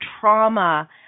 trauma